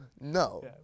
No